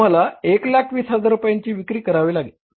तुम्हाला 120000 रुपयांची विक्री करावी लागेल